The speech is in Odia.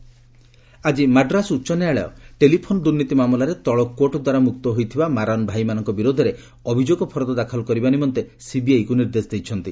ମାଡ୍ରାସ୍ ଏଚ୍ସି ଆଜି ମାଡ୍ରାସ୍ ଉଚ୍ଚ ନ୍ୟାୟାଳୟ ଟେଲିଫୋନ ଦୁର୍ନୀତି ମାମଲାରେ ତଳ କୋର୍ଟଦ୍ୱାରା ମୁକ୍ତ ହୋଇଥିବା ମାରନ୍ ଭାଇମାନଙ୍କ ବିରୋଧରେ ଅଭିଯୋଗ ଫର୍ଦ୍ଦ ଦାଖଲ କରିବା ନିମନ୍ତେ ସିବିଆଇକୁ ନିର୍ଦ୍ଦେଶ ଦେଇଛନ୍ତି